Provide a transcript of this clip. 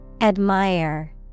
Admire